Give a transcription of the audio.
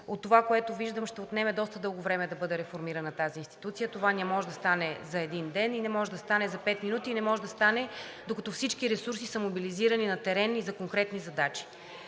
от това, което виждам, ще отнеме доста дълго време да бъде реформирана тази институция. Това не може да стане за един ден и не може да стане за пет минути, не може да стане, докато всички ресурси са мобилизирани на терен и за конкретни задачи.